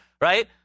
right